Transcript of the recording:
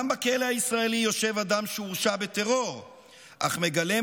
גם בכלא הישראלי יושב אדם שהורשע בטרור אך מגלם